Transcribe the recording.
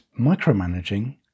micromanaging